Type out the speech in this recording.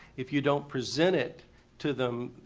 if you don't present it to them,